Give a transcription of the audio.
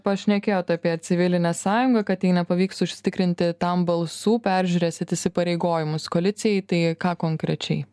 pašnekėjot apie civilinę sąjungą kad jei nepavyks užsitikrinti tam balsų peržiūrėsit įsipareigojimus koalicijai tai ką konkrečiai